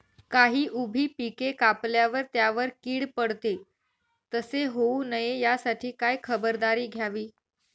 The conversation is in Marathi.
काही उभी पिके कापल्यावर त्यावर कीड पडते, तसे होऊ नये यासाठी काय खबरदारी घ्यावी?